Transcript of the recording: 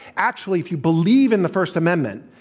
actually, if you believe in the first amendment,